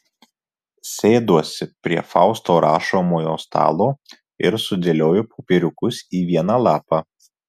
sėduosi prie fausto rašomojo stalo ir sudėlioju popieriukus į vieną lapą